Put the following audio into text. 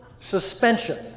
suspension